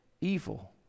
evil